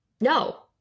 no